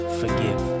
forgive